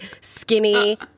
skinny